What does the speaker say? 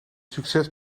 succes